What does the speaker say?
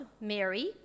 Mary